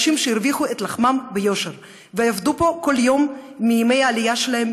אלה אנשים שהרוויחו את לחמם ביושר ועבדו פה כל יום מימי העלייה שלהם,